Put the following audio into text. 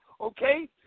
Okay